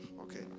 okay